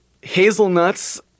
Hazelnuts